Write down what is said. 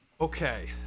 Okay